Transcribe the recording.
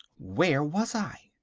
where was i?